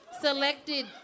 selected